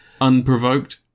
Unprovoked